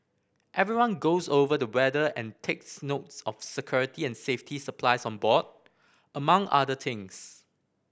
everyone goes over the weather and takes note of security and safety supplies on board among other things